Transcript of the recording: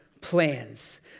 plans